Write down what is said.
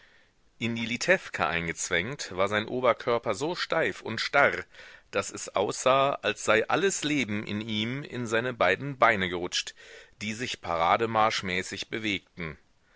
in die litewka eingezwängt war sein oberkörper so steif und starr daß es aussah als sei alles leben in ihm in seine beiden beine gerutscht die sich parademarschmäßig bewegten